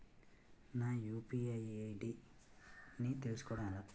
నా UPI ID ని తెలుసుకోవడం ఎలా?